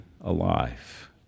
alive